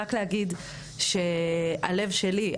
רק אומר שהלב שלי,